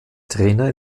trainer